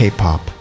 K-pop